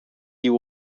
you